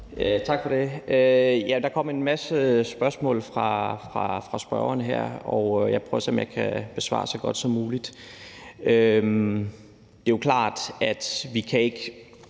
Tak for det. Der kom en masse spørgsmål fra spørgeren her, og jeg skal prøve at se, om jeg kan besvare dem så godt som muligt. Det er jo klart, at vi ikke